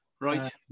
right